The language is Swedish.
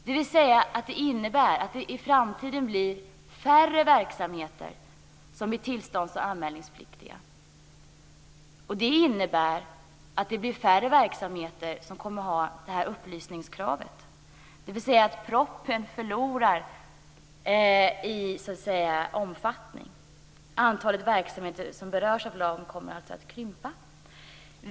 Det innebär alltså att det i framtiden blir färre verksamheter som blir tillstånds och anmälningspliktiga. Det innebär att det blir färre verksamheter som kommer att ha detta upplysningskrav. Propositionen förlorar så att säga i omfattning. Antalet verksamheter som berörs av lagen kommer att krympa.